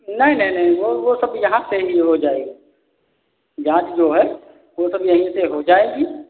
नहीं नहीं नहीं नहीं वो वो सब यहाँ सही हो जाएगा जाँच जो है वो सब यहीं से हो जाएगी